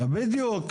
בדיוק.